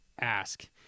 ask